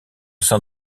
sein